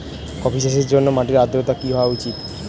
Coffee চাষের জন্য মাটির আর্দ্রতা কি হওয়া উচিৎ?